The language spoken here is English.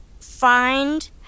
find